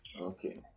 okay